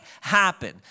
happen